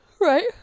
Right